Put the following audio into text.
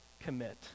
commit